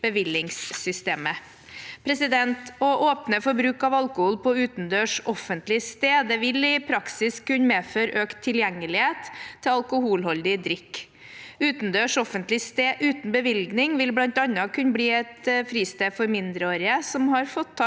bevillingssystemet. Å åpne for bruk av alkohol på utendørs offentlig sted vil i praksis kunne medføre økt tilgjengelighet til alkoholholdig drikke. Utendørs offentlig sted uten bevilling vil bl.a. kunne bli et fristed for mindreårige som har fått tak